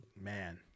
man